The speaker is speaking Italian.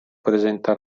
presenta